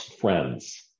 friends